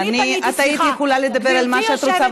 את היית יכולה לדבר על מה שאת רוצה,